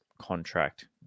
contract